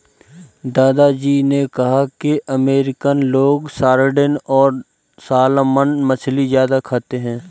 दादा जी ने कहा कि अमेरिकन लोग सार्डिन और सालमन मछली ज्यादा खाते हैं